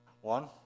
One